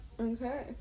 Okay